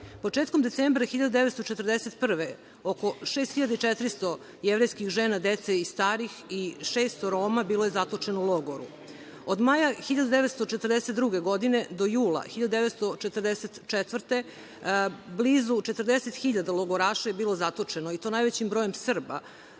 Početkom decembra 1941. godine, oko 6.400 jevrejskih žena, dece i starih i 600 Roma bilo je zatočeno u logoru. Od maja 1942. godine do jula 1944. godine blizu 40.000 logoraša je bilo zatočeno i to najvećim brojem Srba